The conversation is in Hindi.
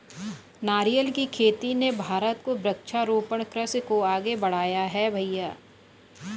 नारियल की खेती ने भारत को वृक्षारोपण कृषि को आगे बढ़ाया है भईया